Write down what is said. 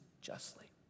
justly